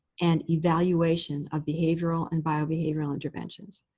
and evaluation of behavioral and biobehavioral interventions.